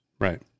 Right